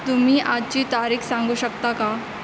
तुम्ही आजची तारीख सांगू शकता का